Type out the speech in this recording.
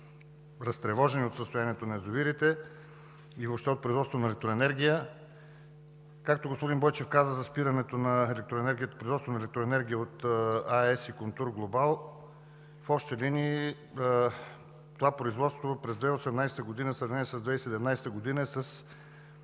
разтревожени от състоянието на язовирите, и въобще от производството на електроенергия. Както господин Бойчев каза, за производство на електроенергия от АЕЦ и от „Контур Глобал“ в общи линии производството през 2018 г. в сравнение с 2017 г. е с